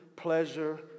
pleasure